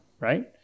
right